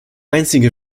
einzige